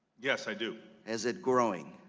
yes, i do. is it growing?